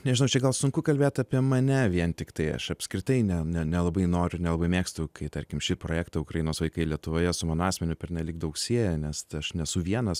nežinau čia gal sunku kalbėt apie mane vien tiktai aš apskritai ne ne nelabai noriu nelabai mėgstu kai tarkim šį projektą ukrainos vaikai lietuvoje su mano asmeniu pernelyg daug sieja nes aš nesu vienas